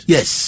Yes